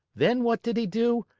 then what did he do?